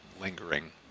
lingering